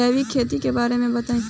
जैविक खेती के बारे में बताइ